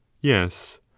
Yes